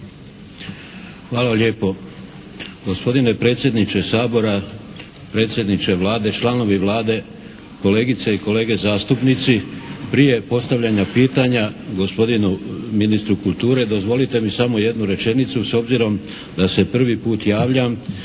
Hvala lijepo. Gospodine predsjedniče Sabora, predsjedniče Vlade, članovi Vlade, kolegice i kolege zastupnici! Prije postavljanja pitanja gospodinu ministru kulture dozvolite mi samo jednu rečenicu. S obzirom da se prvi put javljam,